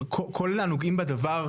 כל הנוגעים בדבר,